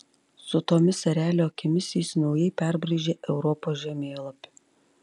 su tomis erelio akimis jis naujai perbraižė europos žemėlapį